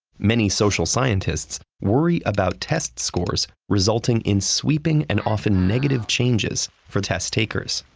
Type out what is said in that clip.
many social scientists worry about test scores resulting in sweeping and often negative changes for test takers,